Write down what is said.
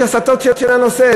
יש הסטות של הנושא.